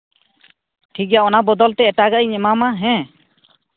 ᱴᱷᱤᱠ ᱜᱮᱭᱟ ᱚᱱᱟ ᱵᱚᱫᱚᱞᱛᱮ ᱮᱴᱟᱜᱟᱜ ᱤᱧ ᱮᱢᱟᱢᱟ ᱦᱮᱸ